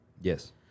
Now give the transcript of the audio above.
Yes